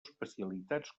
especialitats